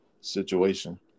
situation